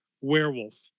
werewolf